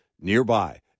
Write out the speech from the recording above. nearby